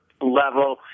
level